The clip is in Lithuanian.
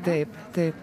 taip taip